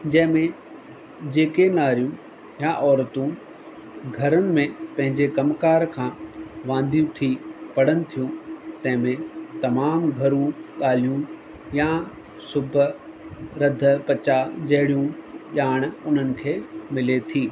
जंहिंमें जेके नारियूं या औरतूं घरनि में पंहिंजे कमकारि खां वांदियूं थी पढ़नि थियूं तंहिंमें तमामु भरू ॻाल्हियूं या सुब रध कचा जेड़ियूं ॼाण उन्हनि खे मिले थी